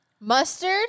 mustard